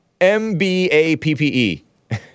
M-B-A-P-P-E